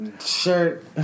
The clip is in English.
shirt